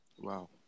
Wow